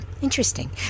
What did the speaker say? interesting